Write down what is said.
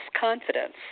confidence